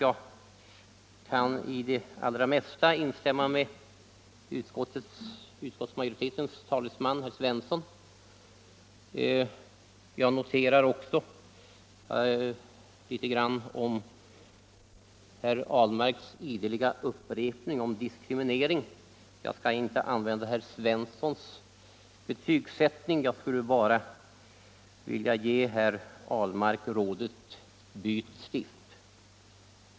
Jag kan instämma i det allra mesta av vad utskottsmajoritetens talesman herr Svensson sade. I fråga om herr Ahlmarks ideliga upprepning om diskriminering skall jag inte använda herr Svenssons betygsättning, jag skulle bara vilja ge herr Ahlmark rådet: Byt stift!